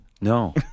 No